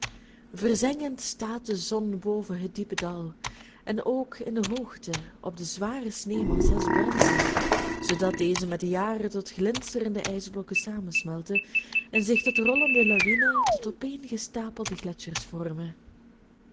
verzengend staat de zon boven het diepe dal en ook in de hoogte op de zware sneeuwmassa's brandt zij zoodat deze met de jaren tot glinsterende ijsblokken samensmelten en zich tot rollende lawinen tot opeengestapelde gletschers vormen